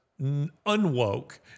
unwoke